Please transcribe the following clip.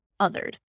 othered